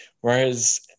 Whereas